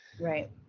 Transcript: right